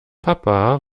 papa